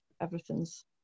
everything's